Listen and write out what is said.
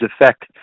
affect